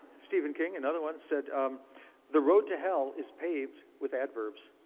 stephen king, another one, said um the road to hell is paved with adverbs.